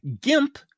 GIMP